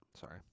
Sorry